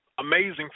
amazing